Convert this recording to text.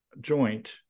joint